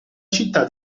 città